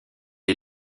est